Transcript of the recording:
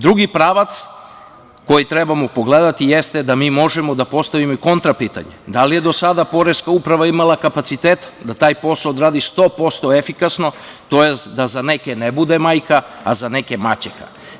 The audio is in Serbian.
Drugi pravac koji treba da pogledamo jeste da mi možemo da postavimo i kontra pitanje – da li je do sada Poreska uprava imala kapaciteta da taj posao odradi 100% efikasno tj. da za neke ne bude majka a za neke maćeha?